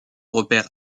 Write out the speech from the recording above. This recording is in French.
repère